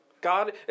God